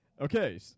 Okay